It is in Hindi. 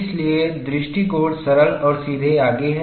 इसलिए दृष्टिकोण सरल और सीधे आगे है